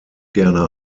gerne